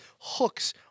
hooks